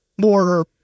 more